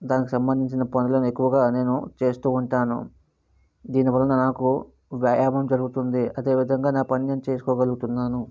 దానికి సంబంధించిన పనులను ఎక్కువుగా నేను చేస్తూ వుంటాను దీని వలన నాకు వ్యాయామం జరుగుతుంది అదే విధంగా నా పని నేను చేసుకోగలుగుతున్నాను